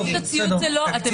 התקציב שאני